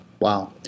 Wow